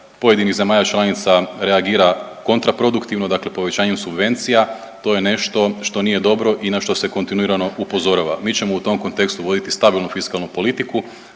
pojedinih zemalja članica reagira kontra produktivno, dakle povećanjem subvencija to je nešto što nije dobro i na što se kontinuirano upozorava. Mi ćemo u tom kontekstu voditi stabilnu fiskalnu politiku,